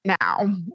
now